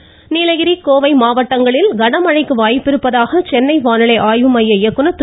வானிலை வாய்ஸ் நீலகிரி கோவை மாவட்டங்களில் கனமழைக்கு வாய்ப்பிருப்பதாக சென்னை வானிலை ஆய்வு மைய இயக்குநர் திரு